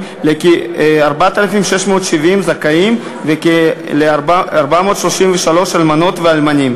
לכ-4,670 זכאים ולכ-433 אלמנות ואלמנים.